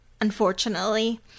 Unfortunately